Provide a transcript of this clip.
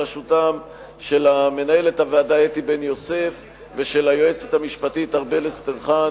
בראשותן של מנהלת הוועדה אתי בן-יוסף ושל היועצת המשפטית ארבל אסטרחן,